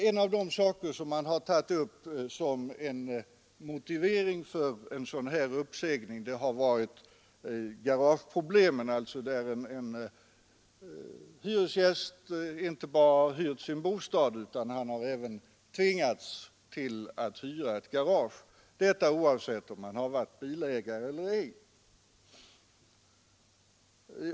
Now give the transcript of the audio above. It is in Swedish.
En av de saker som man har tagit upp som motivering för en sådan här uppsägning har varit garageproblemet. Det förekommer ju att en hyresgäst inte bara hyr en bostad utan även tvingas hyra ett garage, detta oavsett om han är bilägare eller ej.